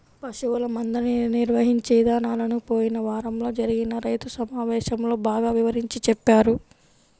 పశువుల మందని నిర్వహించే ఇదానాలను పోయిన వారంలో జరిగిన రైతు సమావేశంలో బాగా వివరించి చెప్పారు